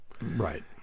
right